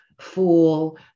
fool